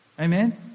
Amen